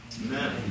Amen